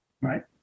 right